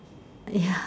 ya